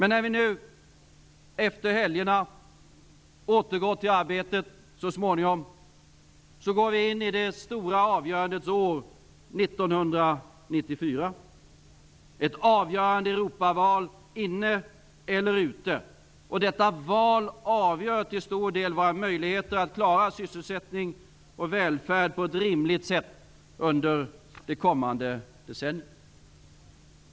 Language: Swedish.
När vi nu efter helgerna så småningom återgår till arbetet, går vi in i det stora avgörandets år, 1994, med ett avgörande Europaval -- innanför eller utanför? Detta val avgör till stor del våra möjligheter att under det kommande decenniet klara sysselsättning och välfärd på ett rimligt sätt.